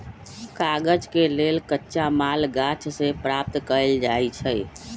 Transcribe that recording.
कागज के लेल कच्चा माल गाछ से प्राप्त कएल जाइ छइ